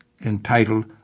entitled